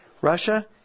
Russia